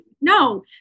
no